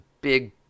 big